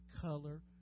color